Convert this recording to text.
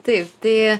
taip tai